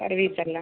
സെർവീസെല്ലാം